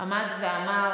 עמד ואמר: